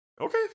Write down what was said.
Okay